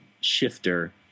shifter